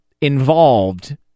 involved